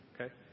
Okay